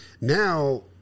Now